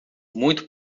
muito